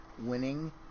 winning